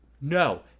No